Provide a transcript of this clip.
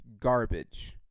garbage